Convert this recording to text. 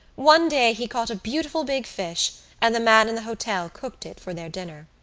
one day he caught a beautiful big fish and the man in the hotel cooked it for their dinner.